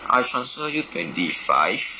I transfer you twenty five